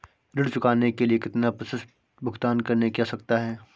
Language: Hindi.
ऋण चुकाने के लिए कितना प्रतिशत भुगतान करने की आवश्यकता है?